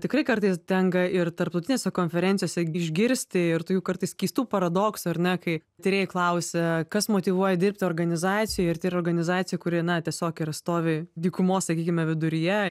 tikrai kartais tenka ir tarptautinėse konferencijose išgirsti ir tokių kartais keistų paradoksų ar ne kai tyrėjai klausia kas motyvuoja dirbti organizacijoj ir tai yra organizacija kuri na tiesiog ir stovi dykumos sakykime viduryje